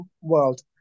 world